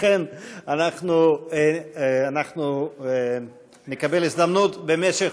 לכן, אנחנו נקבל הזדמנות במשך,